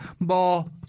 ball